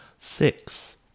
Six